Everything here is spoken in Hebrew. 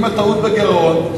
עם הטעות בגירעון,